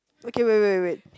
okay wait wait wait